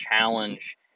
challenge